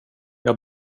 jag